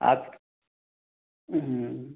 आप